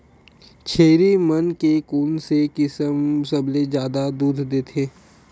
छेरी मन के कोन से किसम सबले जादा दूध देथे?